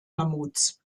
mammuts